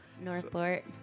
Northport